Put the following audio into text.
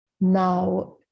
now